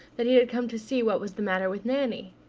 that he had come to see what was the matter with nanny.